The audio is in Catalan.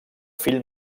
fill